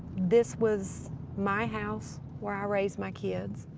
this was my house, where i raised my kids.